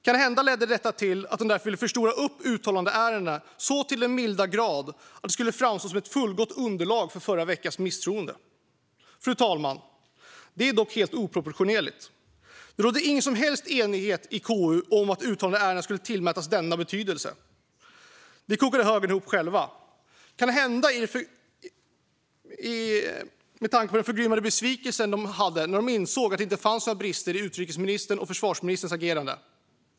Kanhända ville de därför förstora upp uttalandeärendena så till den milda grad att dessa skulle framstå som ett fullgott underlag för förra veckans misstroendeförklaring. Det är dock helt oproportionerligt, fru talman. Det rådde ingen som helst enighet i KU om att uttalandeärendena skulle tillmätas denna betydelse. Det kokade högern ihop själva, kanhända på grund av sin förgrymmade besvikelse när man insåg att det inte fanns några brister i utrikesministerns och försvarsministerns agerande.